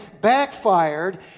backfired